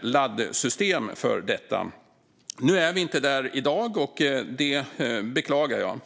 laddsystem för detta. Nu är vi inte där i dag, och det beklagar jag.